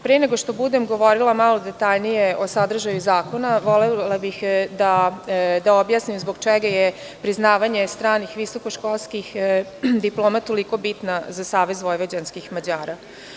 Pre nego što budem govorila malo detaljnije o sadržaju zakona, volela bih da objasnim zbog čega je priznavanje stranih visokoškolskih diploma toliko bitno za Savez vojvođanskih Mađara.